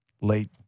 late